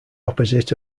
opposite